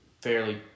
fairly